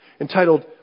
entitled